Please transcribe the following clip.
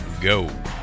go